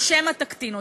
או שמא תקטין אותו?